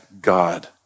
God